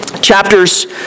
Chapters